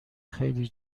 خیلی